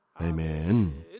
Amen